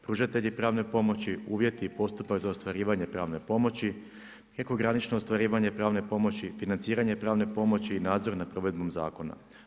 Pružatelji pravne pomoći, uvjeti i postupak za ostvarivanje pravne pomoći, eko granično ostvarivanje pravne pomoći, financiranje pravne pomoći, nadzor nad provedbom zakona.